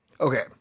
Okay